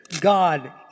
God